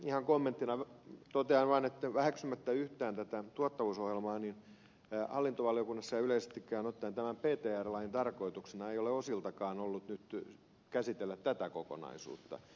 ihan kommenttina totean vaan että väheksymättä yhtään tätä tuottavuusohjelmaa hallintovaliokunnassa ja yleisestikään ottaen tässä ptr laissa tarkoituksena ei ole osiltakaan ollut nyt käsitellä tätä kokonaisuutta